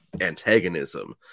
antagonism